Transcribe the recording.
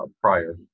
prior